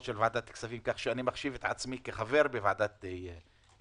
ועדת כספים כך אני מחשיב עצמי כחבר בוועדת הכספים,